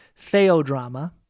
Theodrama